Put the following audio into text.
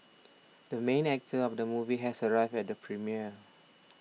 the main actor of the movie has arrived at the premiere